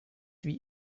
wie